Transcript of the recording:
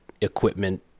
equipment